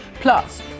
Plus